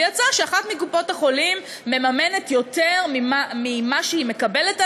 ויצא שאחת מקופות-החולים מממנת יותר ממה שהיא מקבלת עליו,